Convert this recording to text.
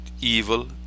evil